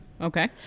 Okay